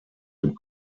dem